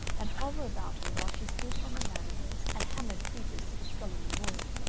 and hover about her while she stood on the ladder and hammered creepers to the scullery wall.